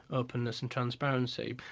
openness and transparency.